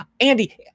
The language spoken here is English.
Andy